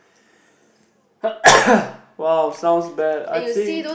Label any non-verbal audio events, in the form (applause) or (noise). (noise) wow sounds bad I think